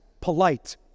polite